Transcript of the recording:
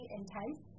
intense